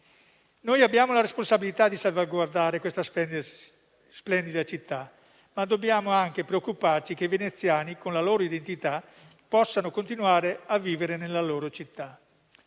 Noi abbiamo la responsabilità di salvaguardare questa splendida città, ma dobbiamo anche preoccuparci che i veneziani, con la loro identità, possano continuare a vivere nella loro città.